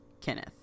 Kenneth